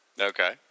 Okay